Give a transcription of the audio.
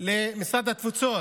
למשרד התפוצות.